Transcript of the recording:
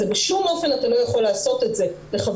זה בשום אופן אתה לא יכול לעשות את זה לחברת